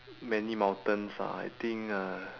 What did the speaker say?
many mountains ah I think uh